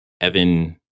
Evan